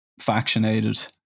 factionated